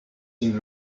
seen